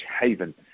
haven